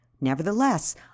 Nevertheless